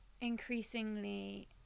increasingly